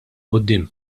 quddiem